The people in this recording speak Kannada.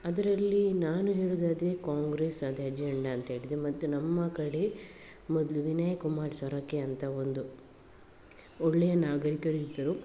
ಅದರಲ್ಲಿ ನಾನು ಹೇಳೋದಾದ್ರೆ ಕಾಂಗ್ರೆಸ್ ಅದೇ ಅಜೆಂಡ ಅಂತ ಹೇಳಿದೆ ಮತ್ತು ನಮ್ಮ ಕಡೆ ಮೊದಲು ವಿನಯ್ ಕುಮಾರ್ ಸೊರಕೆ ಅಂತ ಒಂದು ಒಳ್ಳೆಯ ನಾಗರಿಕರು ಇದ್ರು